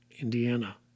Indiana